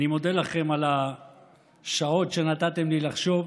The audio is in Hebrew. אני מודה לכם על השעות שנתתם לי לחשוב,